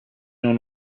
non